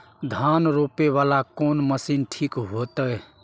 धान रोपे वाला कोन मशीन ठीक होते?